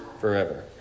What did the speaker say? forever